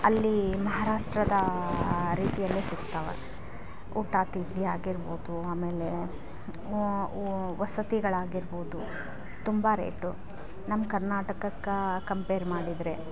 ಅಲ್ಲಿ ಮಹಾರಾಷ್ಟ್ರದ ರೀತಿಯಲ್ಲಿ ಸಿಗ್ತಾವ ಊಟ ತಿಂಡಿ ಆಗಿರ್ಬೌದು ಆಮೇಲೆ ವಸತಿಗಳಾಗಿರ್ಬೋದು ತುಂಬ ರೇಟು ನಮ್ಮ ಕರ್ನಾಟಕಕ್ಕೆ ಕಂಪೇರ್ ಮಾಡಿದರೆ